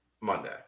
Monday